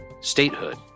statehood